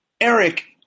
Eric